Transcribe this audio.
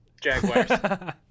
Jaguars